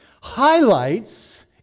highlights